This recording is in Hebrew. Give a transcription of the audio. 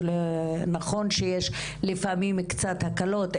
זה נכון שלפעמים יש קצת הקלות,